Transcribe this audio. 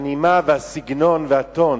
שהנימה, הסגנון והטון